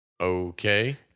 okay